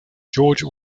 george